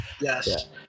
Yes